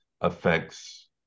affects